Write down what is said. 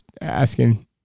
asking